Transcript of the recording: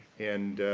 and,